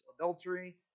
adultery